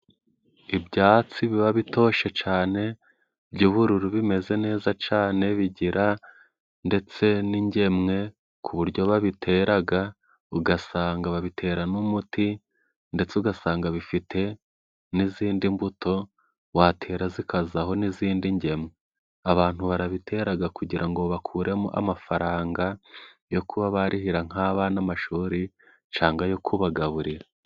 Ibyatsi biba bitoshe cane by'ubururu bimeze neza cane bigira ndetse n'ingemwe ku buryo babiteraga ugasanga babitera n'umuti, ndetse ugasanga bifite n'izindi mbuto watera zikazaho n'izindi ngemwe. Abantu barabiteraga kugira ngo bakuremo amafaranga yo kuba barihira nk'abana amashuri cangwa yo kubagaburira.